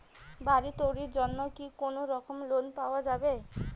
বাড়ি তৈরির জন্যে কি কোনোরকম লোন পাওয়া যাবে?